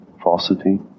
Falsity